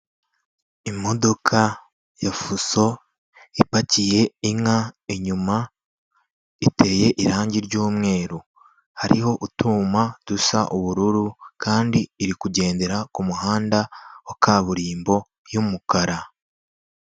Imodoka ya fuso ipakiye inka, inyuma iteye irangi ry'umweru, hariho utwuma dusa ubururu, kandi iri kugendera ku muhanda wa kaburimbo y'umukara.